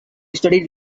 studied